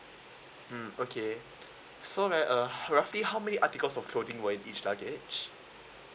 mm okay so may I uh roughly how many articles of clothing were in each luggage